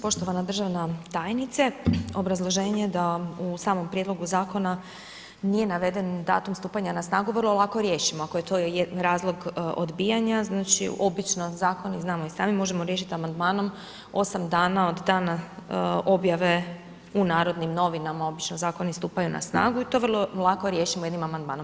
Poštovana državna tajnice obrazloženje da u samom prijedlogu zakona nije naveden datum stupanja na snagu vrlo lako riješimo, ako je to razlog odbijanja, znači obično zakone znamo i sami možemo riješiti amandmanom 8 dana od dana objave u Narodnim novinama obično zakoni stupaju na snagu i to vrlo lako riješimo jednim amandmanom.